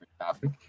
topic